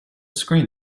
screen